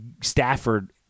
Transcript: Stafford